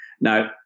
Now